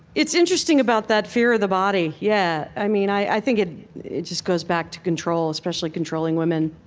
it's interesting about that fear of the body, yeah. i mean, i think it just goes back to control, especially controlling women.